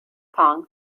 pong